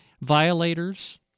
Violators